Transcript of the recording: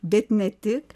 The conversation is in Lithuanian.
bet ne tik